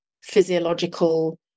physiological